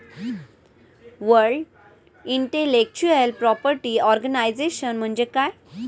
World intellectual property organisation म्हणजे काय?